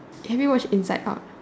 have you watch inside out